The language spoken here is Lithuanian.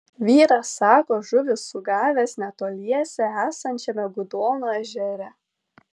vyras sako žuvį sugavęs netoliese esančiame gudono ežere